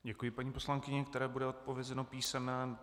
Děkuji paní poslankyni, které bude odpovězeno písemně.